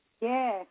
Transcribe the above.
Yes